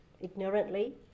ignorantly